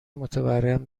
متورم